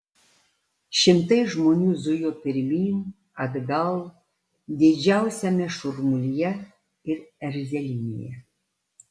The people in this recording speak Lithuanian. šimtai žmonių zujo pirmyn atgal didžiausiame šurmulyje ir erzelynėje